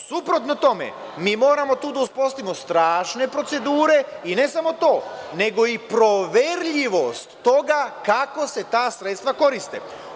Suprotno tome, mi moramo tu da uspostavimo strašne procedure i ne samo to nego i proverljivost toga kako se ta sredstva koriste.